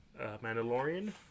Mandalorian